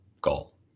goal